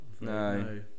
No